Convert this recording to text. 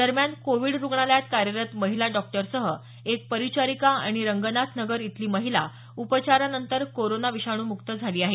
दरम्यान कोवीड रुग्णालयात कार्यरत महिला डॉक्टरसह एक परिचारिका आणि रंगनाथनगर इथली महिला उपचारानंतर कोरोना विषाणूमुक्त झाली आहे